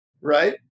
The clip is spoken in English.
right